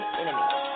enemies